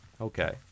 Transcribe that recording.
Okay